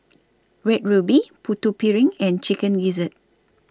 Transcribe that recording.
Red Ruby Putu Piring and Chicken Gizzard